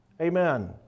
Amen